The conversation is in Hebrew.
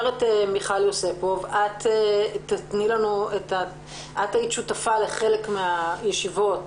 אומרת מיכל יוספוף שאת היית שותפה לחלק מהישיבות